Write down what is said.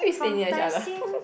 from Tai-Seng